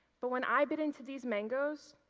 but when i bit into these mangos,